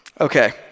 Okay